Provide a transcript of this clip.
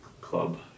Club